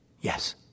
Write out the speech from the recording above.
yes